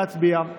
להצביע.